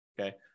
okay